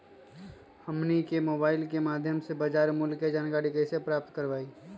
हमनी के मोबाइल के माध्यम से बाजार मूल्य के जानकारी कैसे प्राप्त करवाई?